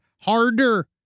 harder